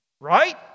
right